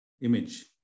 image